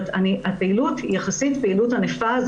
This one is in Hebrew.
הפעילות היא יחסית פעילות ענפה.